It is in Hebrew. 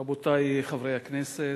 רבותי חברי הכנסת,